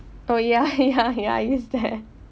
oh ya ya ya ya is there